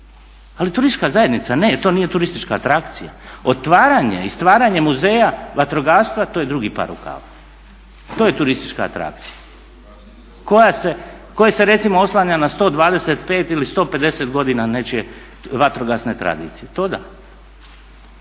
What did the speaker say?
ali turistička zajednica ne jer to nije turistička atrakcija. Otvaranje i stvaranje muzeja vatrogastva to je drugi par rukava, to je turistička atrakcija koja se recimo oslanja na 125 ili 150 godina nečije vatrogasne tradicije to da.